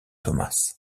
thomas